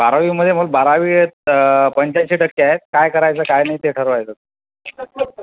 बारावीमध्ये मला बारावीत पंच्याऐंशी टक्के आहेत काय करायचं काय नाही ते ठरवायचं